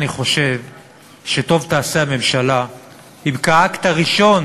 אני חושב שטוב תעשה הממשלה אם כאקט הראשון